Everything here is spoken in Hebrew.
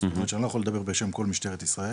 זאת אומרת שאני לא יכול לדבר בשם כל משטרת ישראל.